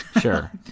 Sure